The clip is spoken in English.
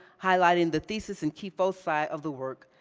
highlighting the thesis and key foci of the work,